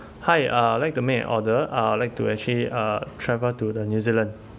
hi uh I'd like to make an order uh I'd like to actually uh travel to the new zealand